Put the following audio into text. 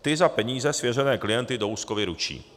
Ty za peníze svěřené klienty do úschovy ručí.